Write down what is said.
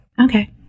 okay